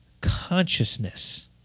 consciousness